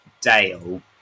Dale